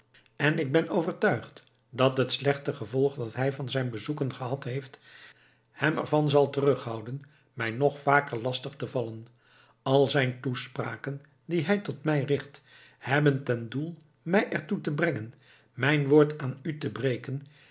en ik ben overtuigd dat het slechte gevolg dat hij van zijn bezoeken gehad heeft hem er van zal terughouden mij nog vaker lastig te vallen al zijn toespraken die hij tot mij richt hebben ten doel mij er toe te brengen mijn woord aan u te breken